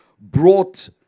brought